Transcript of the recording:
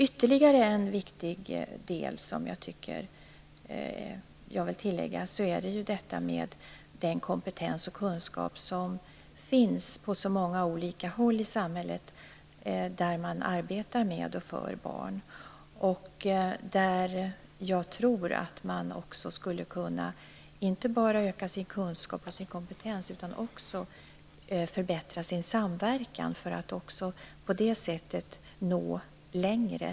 Ytterligare en viktig del som jag vill tillägga är den kompetens och den kunskap som finns på så många olika håll i samhället där man arbetar med och för barn. Jag tror att man inte bara skulle kunna öka sin kunskap och sin kompetens utan också förbättra sin samverkan för att på det sättet nå längre.